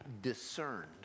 discerned